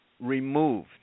removed